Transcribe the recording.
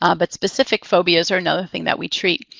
um but specific phobias are another thing that we treat.